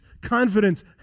confidence